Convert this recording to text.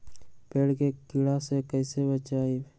पेड़ के कीड़ा से कैसे बचबई?